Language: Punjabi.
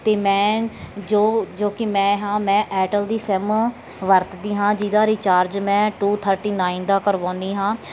ਅਤੇ ਮੈਂ ਜੋ ਜੋ ਕਿ ਮੈਂ ਹਾਂ ਮੈਂ ਏਅਰਟੈਲ ਦੀ ਸਿਮ ਵਰਤਦੀ ਹਾਂ ਜਿਹਦਾ ਰੀਚਾਰਜ ਮੈਂ ਟੂ ਥਰਟੀ ਨਾਇਨ ਦਾ ਕਰਵਾਉਂਦੀ ਹਾਂ